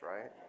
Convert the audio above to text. right